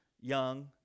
young